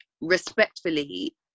respectfully